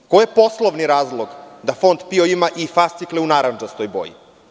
Koji je poslovni razlog da Fond PIO ima i fascikle u narandžastoj boji?